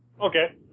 Okay